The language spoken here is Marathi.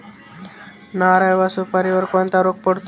नारळ व सुपारीवर कोणता रोग पडतो?